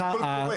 יש קול קורא.